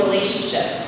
Relationship